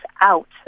out